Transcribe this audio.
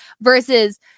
versus